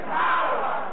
power